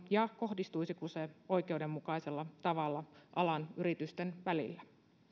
ja kohdistuisiko se oikeudenmukaisella tavalla alan yritysten välillä